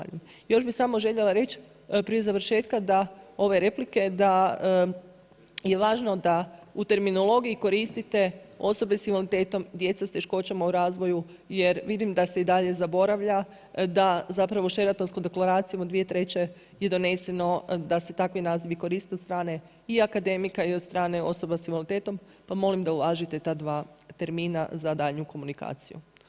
Još bih samo željela reć prije završetka ove replike da je važno da u terminologiji koristite osobe s invaliditetom, djeca s teškoćama u razvoju jer vidim da se i dalje zaboravlja, da zapravo Sheratonskom deklaracijom od 2003. je doneseno da se takvi nazivi koriste od strane i akademika i od strane osoba s invaliditetom pa molim da uvažite ta dva termina za daljnju komunikaciju.